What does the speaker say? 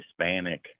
Hispanic